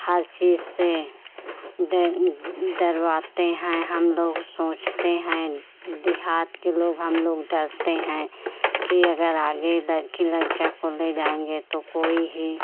हर चीज़ से डरवाते हैं हम लोग सोचते हैं देहात के लोग हम लोग डरते हैं कि अगर आगे लड़के लड़कियाँ को ले जाएंगे तो कोई ही